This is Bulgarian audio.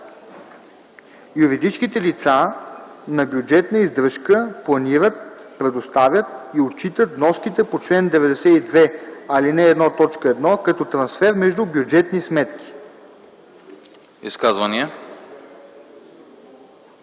Юридическите лица на бюджетна издръжка планират, предоставят и отчитат вноските по чл. 92, ал. 1, т. 1 като трансфер между бюджетни сметки.”